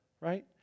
Right